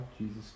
Jesus